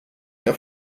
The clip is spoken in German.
mehr